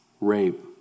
rape